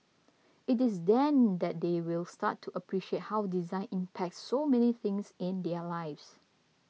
it is then that they will start to appreciate how design impacts so many things in their lives